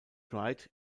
tried